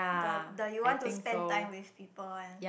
the the you want to spent time with people one